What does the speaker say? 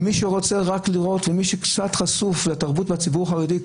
מי שקצת חשוף לתרבות בציבור החרדי,